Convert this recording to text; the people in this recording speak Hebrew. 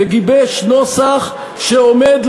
וגיבש נוסח שעומד,